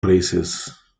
races